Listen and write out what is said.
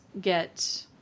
get